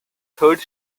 third